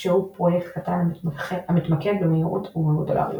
שהוא פרויקט קטן המתמקד במהירות ובמודולריות.